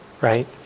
right